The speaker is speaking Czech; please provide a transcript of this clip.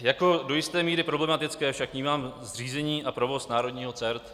Jako do jisté míry problematické však vnímám zřízení a provoz národního CERT.